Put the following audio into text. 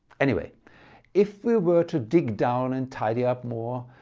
anyway if we were to dig down and tidy up more,